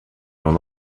non